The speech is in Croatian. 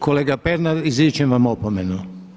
Kolega Pernar, izričem vam opomenu.